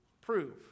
prove